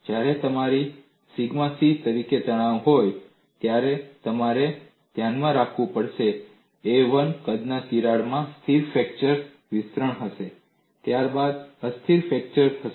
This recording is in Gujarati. જ્યારે તમારે સિગ્મા c તરીકે તણાવ હોય ત્યારે તમારે ધ્યાનમાં રાખવું પડશે a 1 કદના તિરાડમાં સ્થિર ફ્રેક્ચર વિસ્તરણ હશે ત્યારબાદ અસ્થિર ફ્રેક્ચર થશે